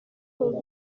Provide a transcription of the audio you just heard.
vingt